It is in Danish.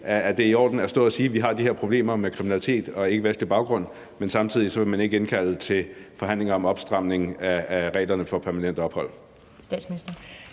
det er i orden at stå og sige, at vi har de her problemer med kriminalitet og ikkevestlig baggrund, men at man samtidig ikke vil indkalde til forhandlinger om en opstramning af reglerne for permanent ophold?